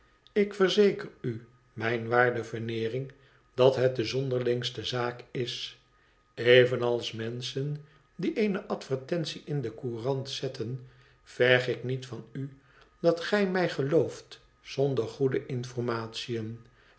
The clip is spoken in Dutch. ik verzeker u mijn waarde veneering dat het de zonderlingste zaak is evenals menschen die eene advertentie in de courant zetten verg ik niet vanu dat gij mij gelooft zonder goede informatiën